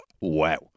wow